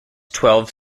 twelve